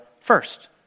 first